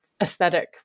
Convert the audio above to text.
aesthetic